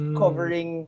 covering